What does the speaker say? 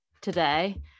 today